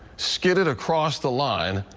skidded across the line,